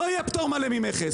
לא יהיה פטור ממלא ממכס.